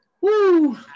woo